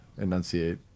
enunciate